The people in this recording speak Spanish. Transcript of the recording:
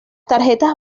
tarjetas